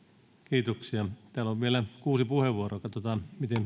kiitoksia täällä on vielä kuusi puheenvuoroa katsotaan miten iltapäivä